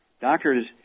Doctors